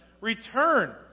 Return